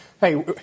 Hey